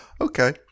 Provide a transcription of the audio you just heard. Okay